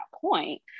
point